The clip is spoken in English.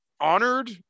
honored